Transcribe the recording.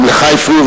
גם לך הפריעו,